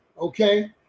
okay